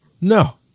no